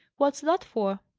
what's that for?